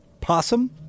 Possum